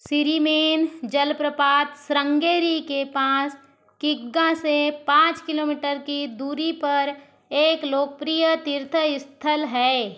सिरिमेन जलप्रपात श्रृंगेरी के पास किग्गा से पाँच किमी की दूरी पर एक लोकप्रिय तीर्थस्थल है